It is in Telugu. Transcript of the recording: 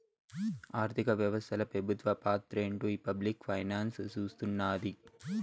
ఆర్థిక వ్యవస్తల పెబుత్వ పాత్రేంటో ఈ పబ్లిక్ ఫైనాన్స్ సూస్తున్నాది